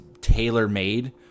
tailor-made